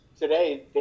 Today